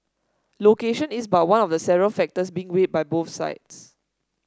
location is but one of several factors been weighed by both sides